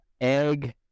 Egg